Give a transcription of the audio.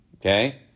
okay